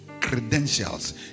credentials